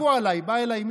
צחקו עליי.